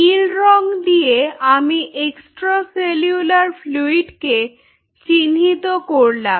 নীল রঙ দিয়ে আমি এক্সট্রা সেলুলার ফ্লুইড কে চিহ্নিত করলাম